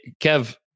Kev